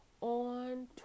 on